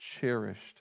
cherished